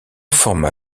forma